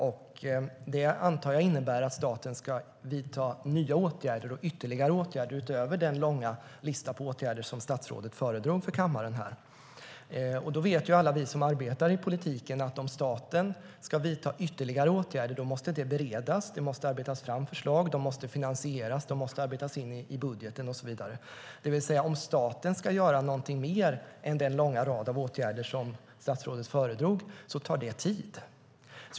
Jag antar att det innebär att staten ska vidta ytterligare åtgärder utöver den långa lista på åtgärder som statsrådet föredrog för kammaren. Alla vi som arbetar i politiken vet att om staten ska vidta ytterligare åtgärder måste det beredas - det måste arbetas fram förslag, de måste finansieras, de måste arbetas in i budgeten och så vidare, det vill säga att om staten ska göra någonting mer än den långa rad av åtgärder som statsrådet föredrog tar det tid.